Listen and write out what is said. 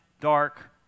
dark